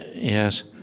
yes.